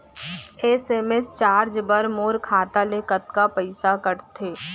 SMS charge बर मोर खाता ले कतका पइसा कटथे?